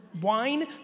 wine